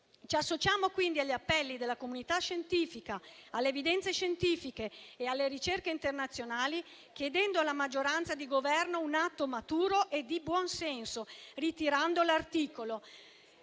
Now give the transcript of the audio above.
Ci associamo quindi agli appelli della comunità scientifica, alle evidenze scientifiche e alle ricerche internazionali, chiedendo alla maggioranza di Governo un atto maturo e di buon senso, ritirando l'articolo.